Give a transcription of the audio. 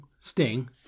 Sting